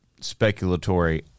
speculatory